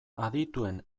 adituen